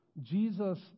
Jesus